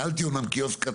תמונות.